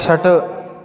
षट्